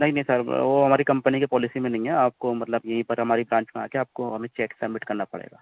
نہیں نہیں سر وہ ہماری کمپنی کی پالیسی میں نہیں ہے آپ کو مطلب یہیں پر ہماری برانچ میں آ کے آپ کو ہمیں چیک سبمٹ کرنا پڑے گا